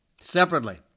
separately